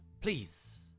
Please